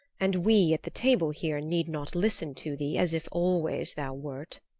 and we at the table here need not listen to thee as if always thou wert.